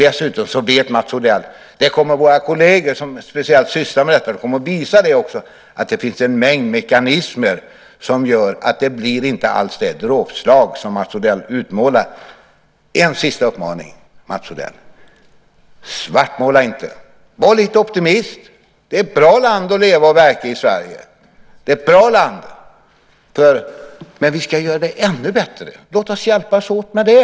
Dessutom vet Mats Odell - och det kommer också våra kolleger som sysslar med detta att visa - att det finns en mängd mekanismer som gör att det inte alls blir det dråpslag som Mats Odell har utmålat. En sista uppmaning, Mats Odell: Svartmåla inte! Var lite optimist! Sverige är bra land att leva och verka i. Men vi ska göra det ännu bättre. Låt oss hjälpas åt med det.